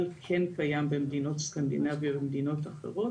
אבל כן קיים במדינות סקנדינביות ומדינות אחרות,